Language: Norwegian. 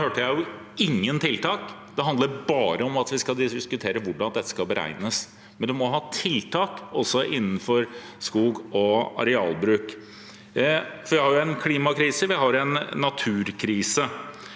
Det handlet bare om at vi skal diskutere hvordan dette skal beregnes. Man må ha tiltak også innenfor skog og arealbruk, for vi har en klimakrise, og vi har en naturkrise.